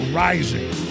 rising